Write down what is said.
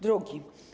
Drugi.